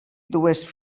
dues